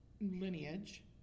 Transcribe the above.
lineage